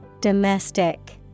Domestic